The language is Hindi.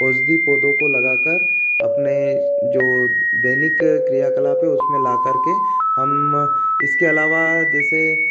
औषधि पौधों को लगाकर अपने जो दैनिक क्रियाकलाप है उसमें ला करके हम इसके अलावा जैसे